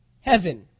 heaven